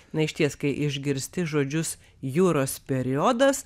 na išties kai išgirsti žodžius juros periodas